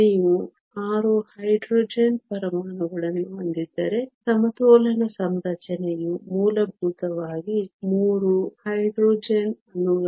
ನೀವು 6 ಹೈಡ್ರೋಜನ್ ಪರಮಾಣುಗಳನ್ನು ಹೊಂದಿದ್ದರೆ ಸಮತೋಲನ ಸಂರಚನೆಯು ಮೂಲಭೂತವಾಗಿ 3 ಹೈಡ್ರೋಜನ್ ಅಣುಗಳು